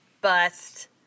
bust